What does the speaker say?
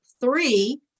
three